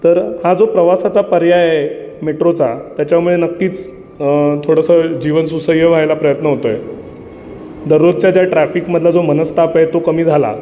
तर हा जो प्रवासाचा पर्याय आहे मेट्रोचा त्याच्यामुळे नक्कीच थोडंसं जीवन सुसह्य व्हायला प्रयत्न होतो आहे दररोजच्या ज्या ट्रॅफिकमधला जो मनस्ताप आहे तो कमी झाला